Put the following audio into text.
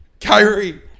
Kyrie